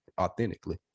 authentically